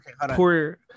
poor